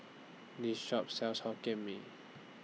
This Shop sells Hokkien Mee